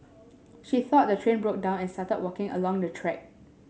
she thought the train broke down and started walking along the track